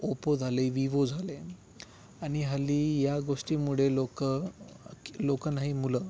Oppo झाले Vivo झाले आणि हल्ली या गोष्टीमुळे लोक लोकांना ही मुलं